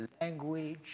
language